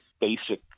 basic